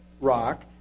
rock